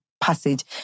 passage